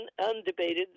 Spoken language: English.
undebated